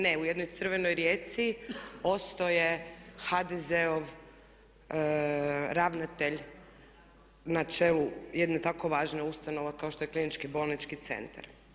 Ne u jednoj crvenoj Rijeci ostao je HDZ-ov ravnatelj na čelu jedne tako važne ustanove kao što je Klinički bolnički centar.